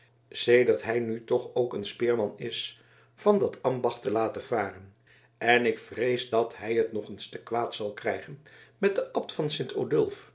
sedert hij nu toch ook een speerman is van dat ambacht te laten varen en ik vrees dat hij het nog eens te kwaad zal krijgen met den abt van